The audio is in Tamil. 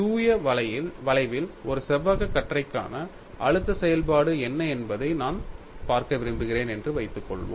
தூய வளைவில் ஒரு செவ்வக கற்றைக்கான அழுத்த செயல்பாடு என்ன என்பதை நான் பார்க்க விரும்புகிறேன் என்று வைத்துக்கொள்வோம்